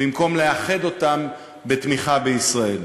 במקום לאחד אותם בתמיכה בישראל.